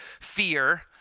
fear